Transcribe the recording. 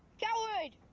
coward!